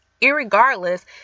irregardless